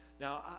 Now